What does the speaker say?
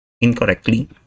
incorrectly